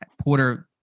Porter